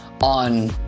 on